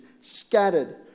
scattered